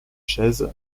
chaise